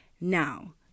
now